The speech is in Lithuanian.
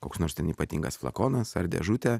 koks nors ten ypatingas flakonas ar dėžutė